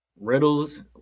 riddles